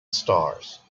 stars